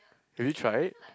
have you tried